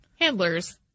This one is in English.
handlers